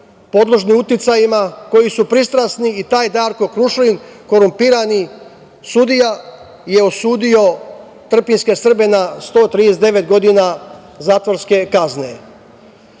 podložni uticajima, koji su pristrasni i taj Darko Krušlin korumpirani sudija je osudio trpinjske Srbe na 139 godina zatvorske